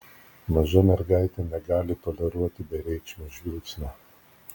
maža mergaitė negali toleruoti bereikšmio žvilgsnio